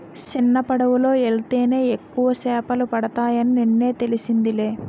సిన్నపడవలో యెల్తేనే ఎక్కువ సేపలు పడతాయని నిన్నే తెలిసిందిలే